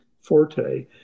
forte